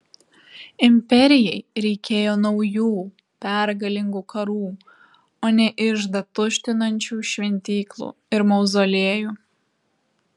imperijai reikėjo naujų pergalingų karų o ne iždą tuštinančių šventyklų ir mauzoliejų